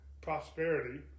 prosperity